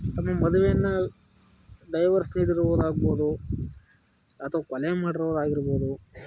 ಮದುವೆಯನ್ನು ಡೈವರ್ಸ್ ನೀಡಿರುವುದು ಆಗ್ಬೌದು ಅಥ್ವಾ ಕೊಲೆ ಮಾಡಿರುವುದು ಆಗಿರ್ಬೌದು